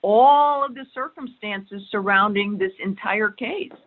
all of the circumstances surrounding this entire case